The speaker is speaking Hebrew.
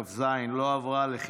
כ"ז לא עברה.